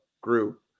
group